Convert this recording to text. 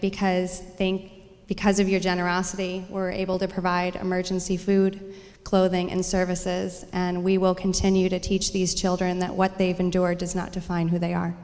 because i think because of your generosity we're able to provide emergency food clothing and services and we will continue to teach these children that what they've endured does not define who they are